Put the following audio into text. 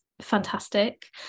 fantastic